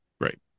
Right